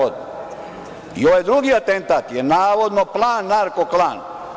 I ovaj drugi atentat je navodno plan narko klana.